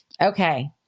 Okay